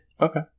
Okay